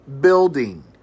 building